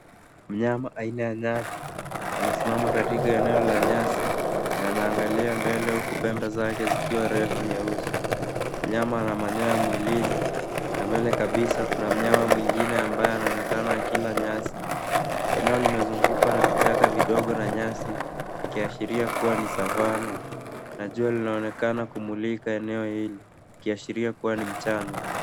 Mnyama aina ya nyati, amesimimama katika eneo la nyasi, na anaangalia mbele huku pembe zake zikiwa refu nyeusi. Mnyama ana manyoa mwilini, na mbele kabisa kuna mnyama mwingine ambaye anaonekana akila nyasi. Eneo limezungukwa na vichaka vidogo na nyasi, ikiashiria kua ni savannah , na jua linaonekana kumulika eneo hili ikiashiria kua ni mchana.